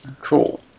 Cool